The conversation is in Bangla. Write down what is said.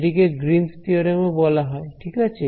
এটি কে গ্রীনস থিওরেম ও বলা হয় ঠিক আছে